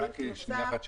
רק שנייה אחת.